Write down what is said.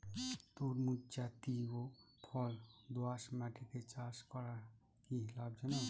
তরমুজ জাতিয় ফল দোঁয়াশ মাটিতে চাষ করা কি লাভজনক?